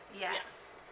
Yes